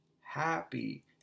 happy